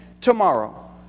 tomorrow